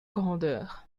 grandeur